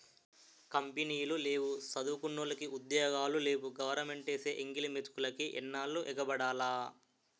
కంపినీలు లేవు సదువుకున్నోలికి ఉద్యోగాలు లేవు గవరమెంటేసే ఎంగిలి మెతుకులికి ఎన్నాల్లు ఎగబడాల